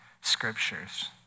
scriptures